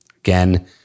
Again